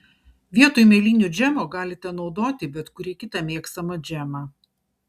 vietoj mėlynių džemo galite naudoti bet kurį kitą mėgstamą džemą